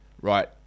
right